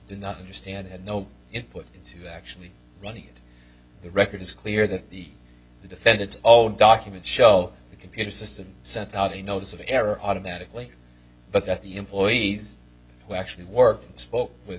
did not understand had no input into actually running it the record is clear that the the defendant's own documents show the computer system sent out a notice of error automatically but that the employees who actually worked and spoke with